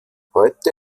heute